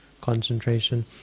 concentration